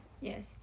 Yes